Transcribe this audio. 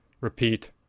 repeat